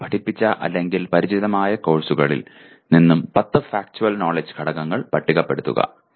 നിങ്ങൾ പഠിപ്പിച്ച അല്ലെങ്കിൽ പരിചിതമായ കോഴ്സുകളിൽ നിന്നും 10 ഫാക്ച്വൽ നോലെഡ്ജ് ഘടകങ്ങൾ പട്ടികപ്പെടുത്തുക